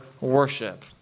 worship